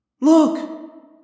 Look